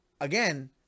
again